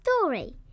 story